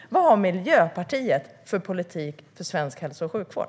Vad har Miljöpartiet för politik för svensk hälso och sjukvård?